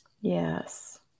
Yes